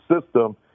system